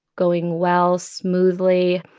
going well, smoothly,